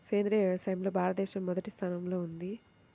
సేంద్రీయ వ్యవసాయంలో భారతదేశం మొదటి స్థానంలో ఉంది